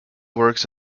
works